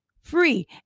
free